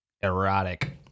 erotic